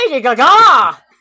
Gaga